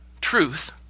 truth